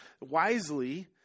wisely